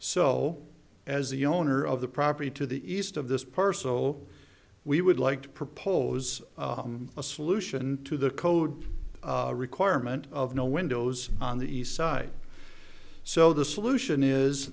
so as the owner of the property to the east of this parcel we would like to propose a solution to the code requirement of no windows on the east side so the solution is